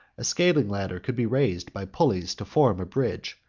a scaling-ladder could be raised by pulleys to form a bridge,